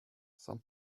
some